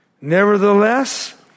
Nevertheless